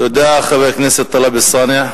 תודה, חבר הכנסת טלב אלסאנע.